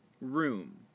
room